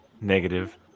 Negative